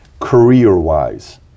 career-wise